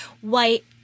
white